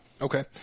Okay